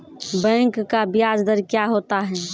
Bank का ब्याज दर क्या होता हैं?